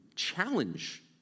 challenge